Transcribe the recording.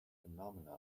phenomenon